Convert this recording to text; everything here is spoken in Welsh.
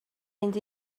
mynd